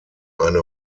eine